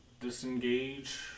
disengage